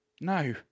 No